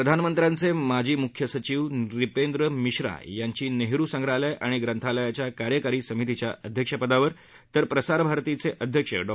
प्रधानमंत्र्याचे माजी मुख्य सचिव न्रिपेंद्र मिश्रा यांची नेहरु संग्रहालय आणि ग्रंथालयाच्या कार्यकारी समितीच्या अध्यक्षपदी तर प्रसारभारतीचे अध्यक्ष डॉ